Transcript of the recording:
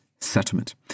settlement